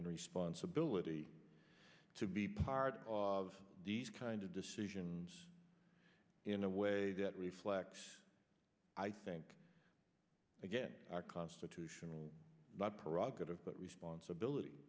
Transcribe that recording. and responsibility to be part of d's kind of decision in a way that reflects i think again our constitutional prerogatives but responsibility